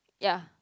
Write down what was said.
ya